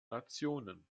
nationen